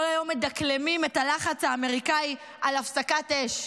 כל היום מדקלמים את הלחץ האמריקני על הפסקת אש.